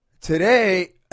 Today